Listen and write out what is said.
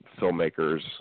filmmakers